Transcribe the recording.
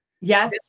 Yes